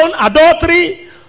adultery